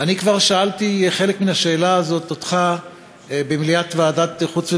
אני כבר שאלתי אותך חלק מהשאלה הזאת במליאת ועדת חוץ וביטחון,